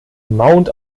mount